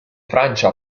francia